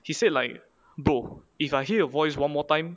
he said like bro if I hear your voice one more time